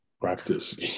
Practice